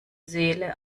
seele